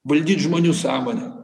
valdyt žmonių sąmonę